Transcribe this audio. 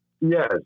Yes